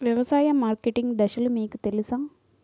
వ్యవసాయ మార్కెటింగ్ దశలు మీకు తెలుసా?